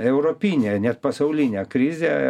europinę net pasaulinę krizę